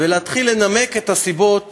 להתחיל לנמק את הסיבות